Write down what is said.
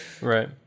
right